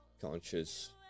conscious